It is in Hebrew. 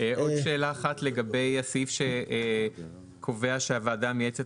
עוד שאלה אחת לגבי הסעיף שקובע שהוועדה המייעצת